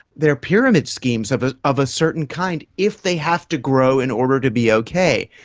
they are pyramid schemes of ah of a certain kind if they have to grow in order to be okay.